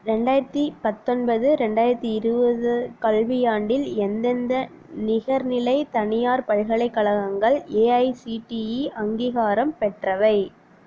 ரெண்டாயிரத்தி பத்தொன்பது ரெண்டாயிரத்தி இருபது கல்வியாண்டில் எந்தெந்த நிகர்நிலை தனியார் பல்கலைக்கழகங்கள் ஏஐசிடிஇ அங்கீகாரம் பெற்றவை